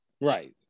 Right